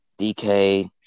DK